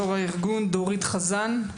יו"ר הארגון דורית חזן.